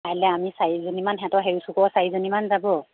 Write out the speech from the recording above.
কাইলৈ আমি চাৰিজনীমান সেহেঁতৰ হেৰি চুকৰ চাৰিজনীমান যাব